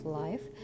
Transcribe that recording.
life